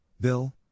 Bill